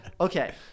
Okay